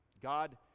god